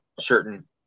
certain